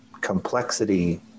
complexity